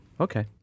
Okay